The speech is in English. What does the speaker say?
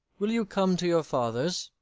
will you come to your father's?